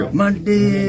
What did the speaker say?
monday